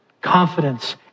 confidence